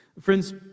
Friends